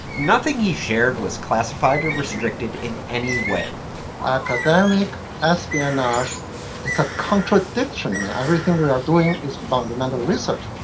nothing he shared was classified or restricted in any way academic espionage it's a contradiction to me. everything we are doing is fundamental research.